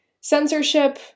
censorship